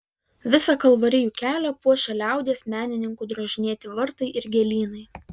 visą kalvarijų kelią puošia liaudies menininkų drožinėti vartai ir gėlynai